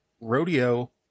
rodeo